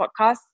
podcast